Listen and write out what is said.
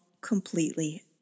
completely